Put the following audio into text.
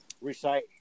recite